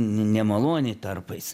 nemaloni tarpais